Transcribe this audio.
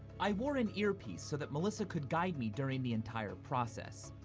i wore an earpiece so that melissa could guide me during the entire process.